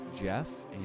Jeff